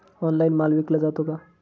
Online माल विकला जातो का?